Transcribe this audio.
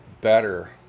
better